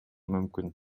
мүмкүн